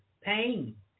pain